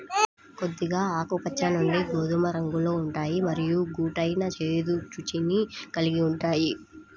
కొద్దిగా ఆకుపచ్చ నుండి గోధుమ రంగులో ఉంటాయి మరియు ఘాటైన, చేదు రుచిని కలిగి ఉంటాయి